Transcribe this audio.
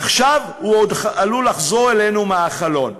עכשיו הוא עוד עלול לחזור אלינו מהחלון.